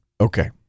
Okay